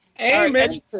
Amen